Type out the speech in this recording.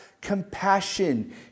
compassion